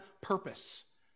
purpose